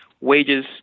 wages